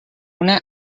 una